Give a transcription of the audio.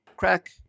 crack